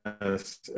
Yes